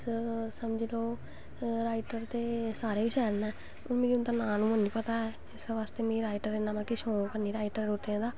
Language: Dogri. कुश मतलव कुसे दे कपड़े पसंद नी करदियां न मतलव इक ते ओह् होंदा ऐ कि असैं उंदे कोला दा कपड़े स्यानें किसे कोला दा नी सिलानें हैन न ठीक ऐ